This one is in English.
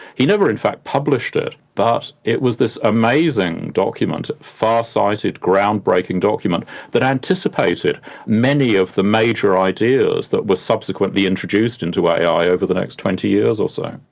he never in fact published it, but it was this amazing document, farsighted, groundbreaking document that anticipated many of the major ideas that were subsequently introduced into ai over the next twenty years or so.